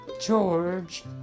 George